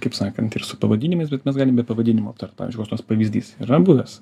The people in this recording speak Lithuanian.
kaip sakant ir su pavadinimais bet mes galim be pavadinimų aptart pavyzdžiui koks nors pavyzdys yra buvęs